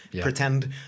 pretend